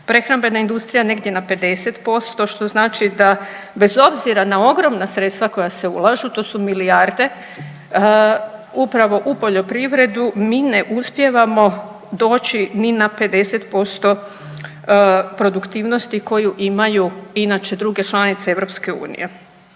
prehrambena industrija negdje na 50% što znači da bez obzira na ogromna sredstva koja se ulažu to su milijarde upravo u poljoprivredu mi ne uspijevamo doći ni na 50% produktivnosti koje imaju inače druge članice EU. Koji